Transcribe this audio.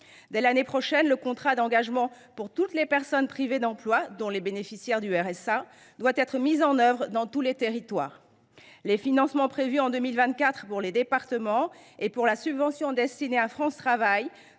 Dès l’année prochaine, le contrat d’engagement doit être mis en œuvre pour toutes les personnes privées d’emploi, dont les bénéficiaires du RSA, dans tous les territoires. Les financements prévus en 2024 pour les départements et pour la subvention destinée à France Travail